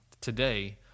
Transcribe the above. today